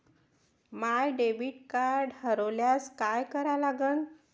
माय debit card हरोल्यास काय करा लागन?